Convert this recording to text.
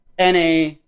NA